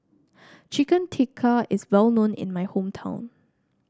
Chicken Tikka is well known in my hometown